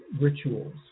rituals